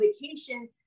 vacation